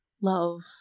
love